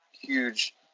huge